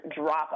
drop